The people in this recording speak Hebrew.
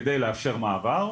כדי לאפשר מעבר.